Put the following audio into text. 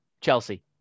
Chelsea